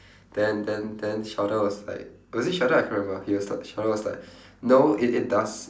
then then then sheldon was like was it sheldon I can't remember he was like sheldon was like no it it does